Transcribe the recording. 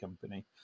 company